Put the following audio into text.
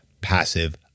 passive